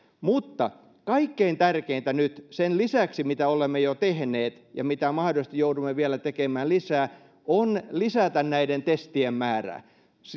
kaikkein tärkeintä nyt sen lisäksi mitä olemme jo tehneet ja mitä mahdollisesti joudumme vielä tekemään lisää on lisätä näiden testien määrää